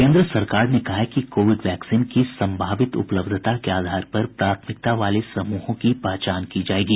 केन्द्र सरकार ने कहा है कि कोविड वैक्सीन की संभावित उपलब्धता के आधार पर प्राथमिकता वाले समूहों की पहचान की जाएगी